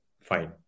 fine